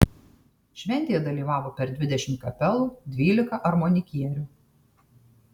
šventėje dalyvavo per dvidešimt kapelų dvylika armonikierių